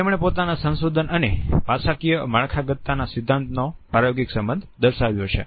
તેમણે પોતાના સંશોધન અને ભાષાકીય માળખાગતતાના સિદ્ધાંતો નો પ્રાયોગિક સંબંધ દર્શાવ્યો છે